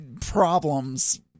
Problems